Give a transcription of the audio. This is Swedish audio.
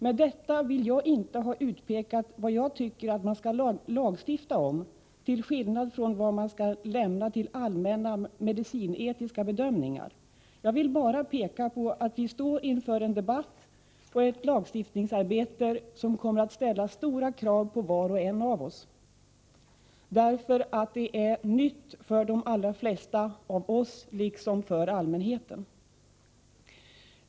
Med detta vill jag inte ha utpekat vad jag tycker att man skall lagstifta om, till skillnad från vad man skall lämna till allmänna medicinetiska bedömningar. Jag vill bara peka på att vi står inför en debatt och ett lagstiftningsarbete som kommer att ställa stora krav på var och en av oss, därför att det är nytt för de flesta av oss, liksom för allmänheten.